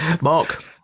Mark